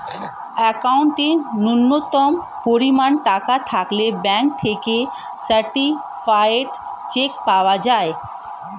অ্যাকাউন্টে ন্যূনতম পরিমাণ টাকা থাকলে ব্যাঙ্ক থেকে সার্টিফায়েড চেক পাওয়া যায়